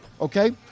Okay